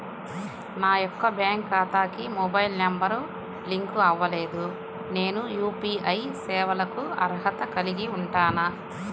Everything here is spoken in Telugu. నా యొక్క బ్యాంక్ ఖాతాకి మొబైల్ నంబర్ లింక్ అవ్వలేదు నేను యూ.పీ.ఐ సేవలకు అర్హత కలిగి ఉంటానా?